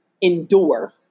endure